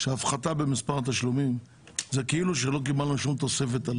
שהפחתה במספר התשלומים זה כאילו שלא קיבלנו שום תוספת.